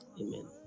Amen